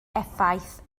effaith